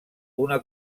una